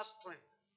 strength